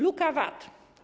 Luka VAT.